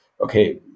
okay